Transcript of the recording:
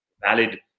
valid